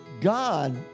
God